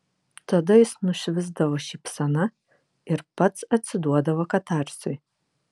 tada jis nušvisdavo šypsena ir pats atsiduodavo katarsiui